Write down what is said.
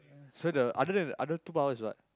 so the other than other than two powers what